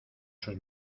sus